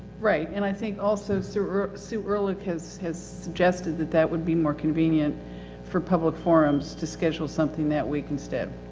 right. and i think also sue sue ah has, has suggested that, that would be more convenient for public forums, to schedule something that week instead.